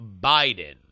Biden